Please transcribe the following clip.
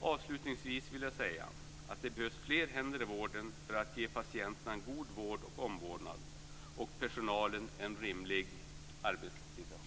Avslutningsvis vill jag säga att det behövs fler händer i vården för att ge patienterna en god vård och omvårdnad och för att ge personalen en rimlig arbetssituation.